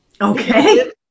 okay